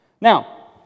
Now